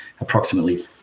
approximately